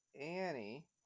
Annie